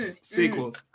Sequels